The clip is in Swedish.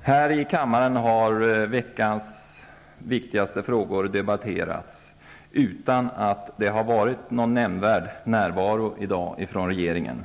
Här i kammaren har veckans viktigaste frågor debatterats, utan att det har varit någon nämnvärd uppslutning i dag från regeringen.